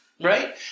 right